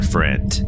Friend